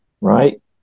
Right